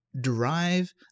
derive